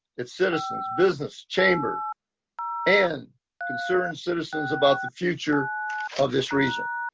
its citizens business chamber and concerned citizens about the future of this region.